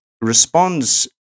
responds